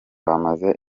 bamaze